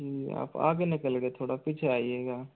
जी आप आगे निकल गए थोड़ा पीछे आइएगा